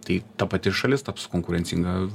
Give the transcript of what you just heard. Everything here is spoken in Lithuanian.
tai ta pati ir šalis taps konkurencinga